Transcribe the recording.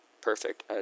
perfect